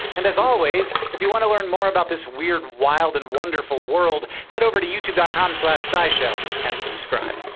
and as always, if you want to learn more about this weird, wild, and wonderful world, head over to youtube dot com slash scishow and subscribe!